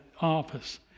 office